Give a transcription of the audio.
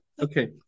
okay